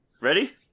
ready